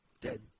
dead